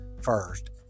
first